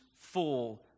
full